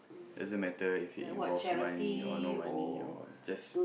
doesn't matter if it involves money or no money or just